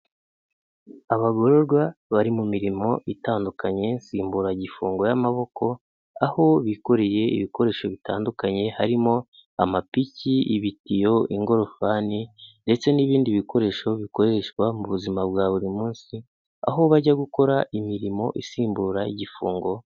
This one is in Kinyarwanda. Abagororwa bari mu mirimo itandukanye nsimburagifungo y'amaboko, aho bikoreye ibikoresho bitandukanye, harimo amapiki, ibitiyo, ingorofani ndetse n'ibindi bikoresho bikoreshwa mu buzima bwa buri munsi, aho bajya gukora imirimo isimbura igifungo.